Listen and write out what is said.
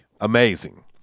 Amazing